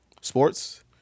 sports